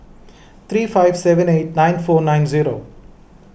three five seven eight nine four nine zero